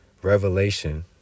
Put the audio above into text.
revelation